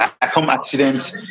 accident